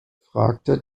fragte